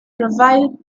provided